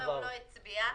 אז על סעיף 15 הוא לא הצביע.